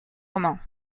roman